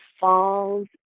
Falls